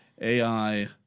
AI